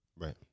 Right